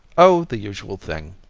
oh, the usual thing!